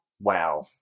Wow